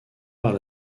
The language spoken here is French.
par